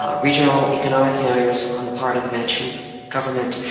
um regional economic failures on the part of the manchurian government,